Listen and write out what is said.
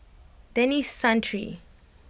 Denis Santry